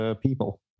people